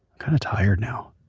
kind of tired now.